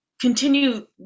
continue